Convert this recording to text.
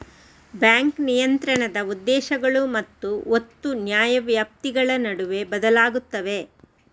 bank ನಿಯಂತ್ರಣದ ಉದ್ದೇಶಗಳು ಮತ್ತು ಒತ್ತು ನ್ಯಾಯವ್ಯಾಪ್ತಿಗಳ ನಡುವೆ ಬದಲಾಗುತ್ತವೆ